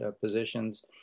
positions